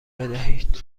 بدهید